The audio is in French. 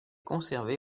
conservée